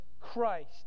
Christ